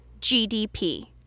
GDP